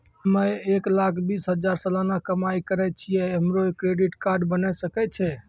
हम्मय एक लाख बीस हजार सलाना कमाई करे छियै, हमरो क्रेडिट कार्ड बने सकय छै?